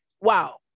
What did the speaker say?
wow